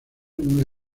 una